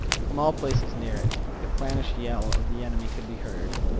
from all places near it the clannish yell of the enemy could be heard.